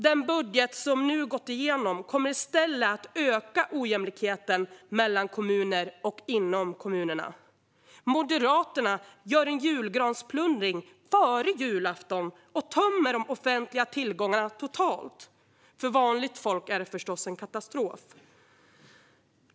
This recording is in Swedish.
Den budget som nu har gått igenom kommer i stället att öka ojämlikheten mellan kommuner och inom kommunerna. Moderaterna har julgransplundring före julafton och tömmer de offentliga tillgångarna totalt. För vanligt folk är det förstås en katastrof.